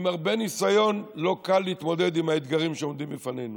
עם הרבה ניסיון לא קל להתמודד עם האתגרים שעומדים בפנינו.